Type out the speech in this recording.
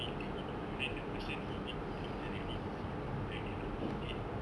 big building you know then the person living below directly the farm like their roof will get